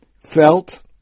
felt